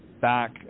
back